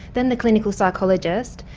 then the clinical psychologist,